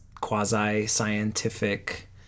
quasi-scientific